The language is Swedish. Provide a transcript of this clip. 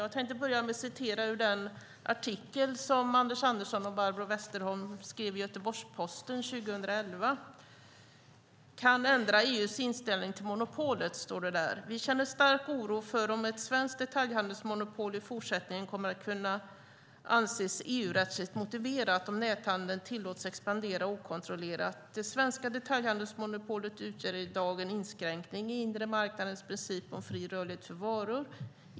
Jag tänkte börja med att citera ur den artikel som Anders Andersson och Barbro Westerholm skrev i Göteborgs-Posten 2011. "Kan ändra EU:s inställning till monopolet" är en underrubrik, och det står: "Vi känner en stark oro för om ett svenskt detaljhandelsmonopol i fortsättningen kommer att kunna anses EU-rättsligt motiverat om näthandeln tillåts expandera okontrollerat. Det svenska detaljhandelsmonopolet utgör i dag en inskränkning i den inre marknadens princip om fri rörlighet för varor.